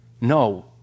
no